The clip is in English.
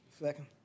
Second